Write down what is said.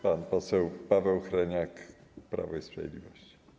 Pan poseł Paweł Hreniak, Prawo i Sprawiedliwość.